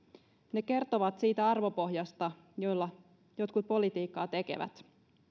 ne kertovat siitä arvopohjasta jolla jotkut politiikkaa tekevät